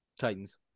Titans